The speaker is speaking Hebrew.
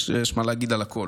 יש מה להגיד על הכול.